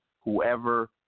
whoever